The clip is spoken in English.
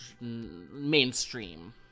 mainstream